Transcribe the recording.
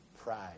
Pride